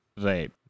Right